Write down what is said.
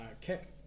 kick